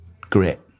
grit